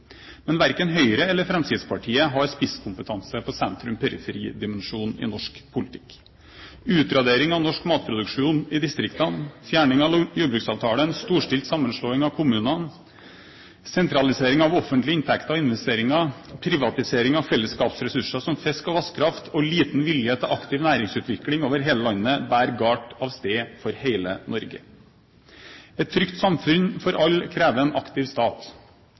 Men verken Høyre eller Fremskrittspartiet har spisskompetanse på sentrum–periferidimensjonen i norsk politikk. Utradering av norsk matproduksjon i distriktene, fjerning av jordbruksavtalen, storstilt sammenslåing av kommunene, sentralisering av offentlige inntekter og investeringer, privatisering av fellesskapsressurser som fisk og vannkraft og liten vilje til aktiv næringsutvikling over hele landet bærer galt av sted for hele Norge. Et trygt samfunn for alle krever en aktiv stat,